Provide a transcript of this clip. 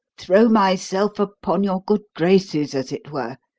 throw myself upon your good graces as it were.